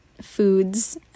foods